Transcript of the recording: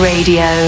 Radio